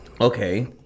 Okay